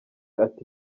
ati